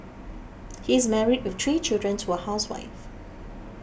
he is married with three children to a housewife